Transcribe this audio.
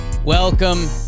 Welcome